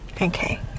Okay